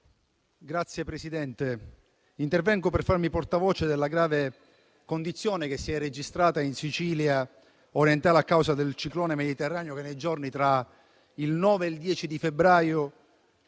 Signora Presidente, intervengo per farmi portavoce della grave condizione che si è registrata in Sicilia orientale a causa del ciclone mediterraneo, che, nei giorni tra il 9 e il 10 febbraio,